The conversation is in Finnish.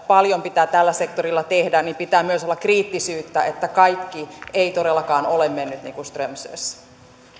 paljon pitää tällä sektorilla tehdä niin pitää myös olla kriittisyyttä että kaikki ei todellakaan ole mennyt niin kuin strömsössä